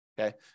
Okay